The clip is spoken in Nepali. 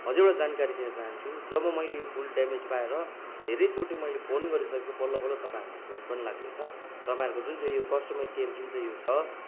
अझै एउटा जानकारी दिन चाहन्छु जब मैले यो फुल ड्यामेज पाएर धेरैचोटि मैले फोन गरिसक पनि बल्लबल्ल तपाईँहरूको फोन पनि लाग्दैछ तपाईँहरूको जुन चाहिँ यो कस्टमर केयर जुन चाहिँ यो छ